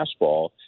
fastball